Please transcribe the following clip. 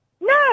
No